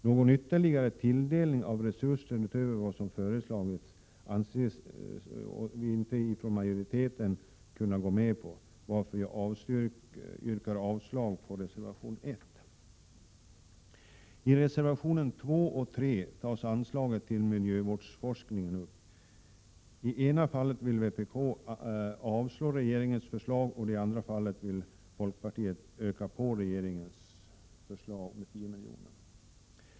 Någon ytterligare tilldelning av resurser utöver vad som föreslagits anser sig inte majoriteten i utskottet kunna gå med på, varför jag yrkar avslag på reservation 1. I reservationerna 2 och 3 tas anslaget till miljövårdsforskningen upp. I ena fallet vill vpk att riksdagen skall avslå regeringens förslag, och i andra fallet vill folkpartiet öka på regeringens förslag med 10 milj.kr.